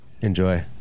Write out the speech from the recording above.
Enjoy